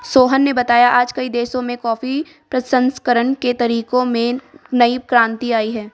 सोहन ने बताया आज कई देशों में कॉफी प्रसंस्करण के तरीकों में नई क्रांति आई है